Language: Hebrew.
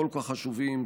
הכל-כך חשובים,